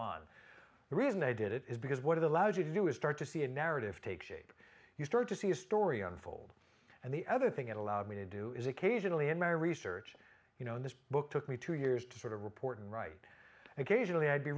on the reason i did it is because what it allows you to do is start to see a narrative take shape you start to see a story unfold and the other thing it allowed me to do is occasionally in my research you know this book took me two years to sort of report and write occasionally i'd be